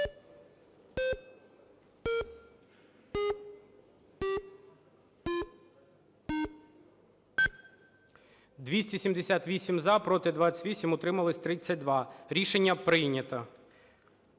278 – за, проти – 28, утримались – 32. Рішення прийнято.